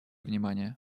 внимание